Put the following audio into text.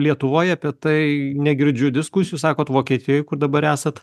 lietuvoj apie tai negirdžiu diskusijų sakot vokietijoj kur dabar esat